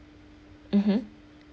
mmhmm